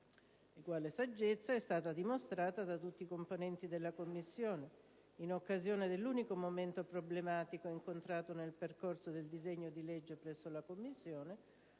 Eguale saggezza è stata dimostrata da tutti i componenti della Commissione in occasione dell'unico momento problematico incontrato nel percorso del disegno di legge presso la Commissione,